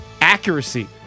accuracy